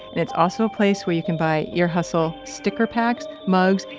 and it's also a place where you can buy ear hustle sticker packs, mugs,